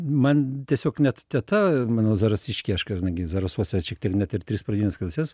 man tiesiog net teta mano zarasiškė aš kadangi zarasuose šiek tiek net ir tris pradines klases